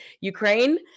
Ukraine